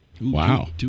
Wow